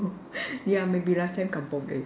ya maybe last time kampung egg